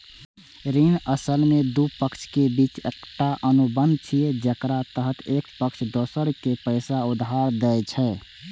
ऋण असल मे दू पक्षक बीच एकटा अनुबंध छियै, जेकरा तहत एक पक्ष दोसर कें पैसा उधार दै छै